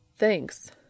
Thanks